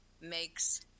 makes